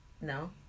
No